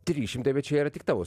trys šimtai bet čia yra tik tavo